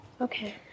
Okay